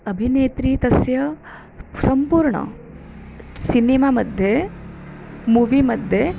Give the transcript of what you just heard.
अभिनेत्री तस्य सम्पूर्णं सिनेमा मध्ये मूवी मध्ये